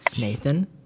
Nathan